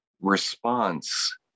response